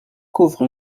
couvre